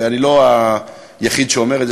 ואני לא היחיד שאומר את זה,